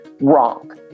wrong